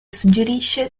suggerisce